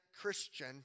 Christian